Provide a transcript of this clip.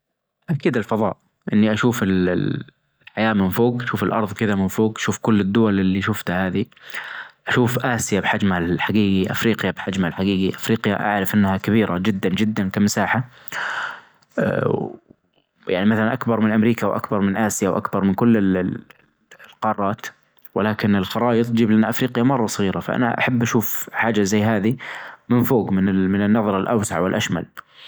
أكيد الفظاء، إني أشوف ال-الحياة من فوج شوف الأرظ كذا من فوج شوف كل الدول اللي شفتها هذي، شوف آسيا بحجمها الحجيجي أفريقيا بحجمها الحجيجي أفريقيا أعرف أنها كبيرة جدا جدا كمساحة آآ و يعني مثلا أكبر من أمريكا وأكبر من آسيا وأكبر من كل ال-ال-القارات ولكن الخرايط تجيب لنا أفريقيا مرة صغيرة فأنا أحب أشوف حاجة زي هذي من فوج من النظرة الأوسع والأشمل.